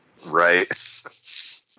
Right